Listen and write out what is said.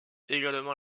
également